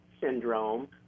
Syndrome